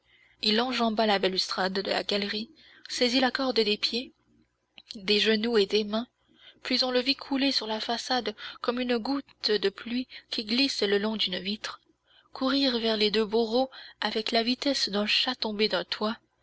il enjamba la balustrade de la galerie saisit la corde des pieds des genoux et des mains puis on le vit couler sur la façade comme une goutte de pluie qui glisse le long d'une vitre courir vers les deux bourreaux avec la vitesse d'un chat tombé d'un toit